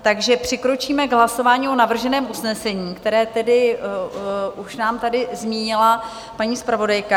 Takže přikročíme k hlasování o navrženém usnesení, které tedy už nám tady zmínila paní zpravodajka.